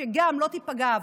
שגם העבודה לא תיפגע,